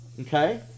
okay